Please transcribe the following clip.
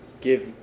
give